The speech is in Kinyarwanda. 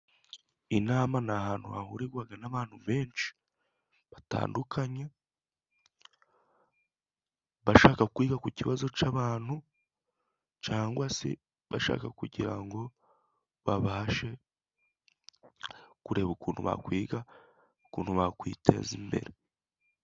Inama ni ahantu hahurirwaga n'abantu benshi batandukanye, bashaka kwiga ku kibazo c'abantu, cangwa se bashaka kugira ngo babashe kureba ukuntu bakwiga ukuntu bakwiteza imbere.